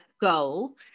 goal